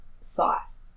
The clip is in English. size